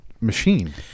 machine